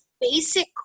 basic